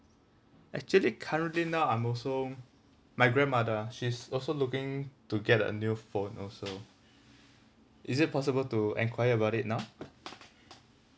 actually currently now I'm also my grandmother she's also looking to get a new phone also is it possible to enquire about it now